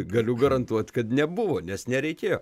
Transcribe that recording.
galiu garantuot kad nebuvo nes nereikėjo